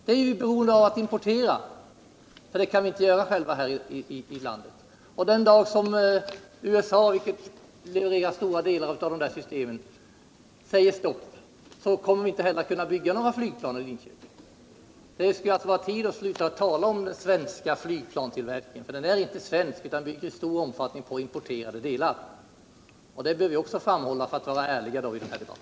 Vi är ju beroende av att importera, för sådant kan vi inte tillverka själva här i landet. Den dag USA säger stopp — vilket rör stora delar av de systemen - kommer vi inte heller att kunna bygga några flygplan i Linköping. Det skulle alltså vara tid att sluta tala om den svenska flygplanstillverkningen. Den är inte svensk utan bygger i stor omfattning på importerade delar. Detta behöver vi också framhålla för att vara ärliga i denna debatt.